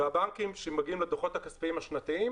והבנקים שמגיעים לדו"חות הכספיים השנתיים